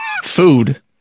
food